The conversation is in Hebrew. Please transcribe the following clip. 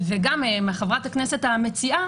חברת הכנסת המציעה,